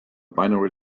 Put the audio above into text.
binary